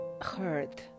hurt